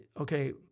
okay